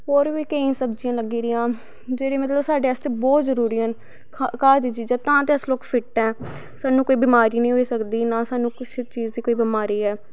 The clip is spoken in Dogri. होर बी केंई सब्जियां लग्गी दियां जेह्ड़े मतलव साढ़े आस्तै बहुत जरूरी न घर दियां चीजां तां गै अस लोग फिट्ट ऐं स्हानू कोई बमारी नी होई सकदी ना स्हानू कुश चीज़ कोई बिमारी ऐ